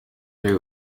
they